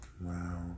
Wow